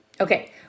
okay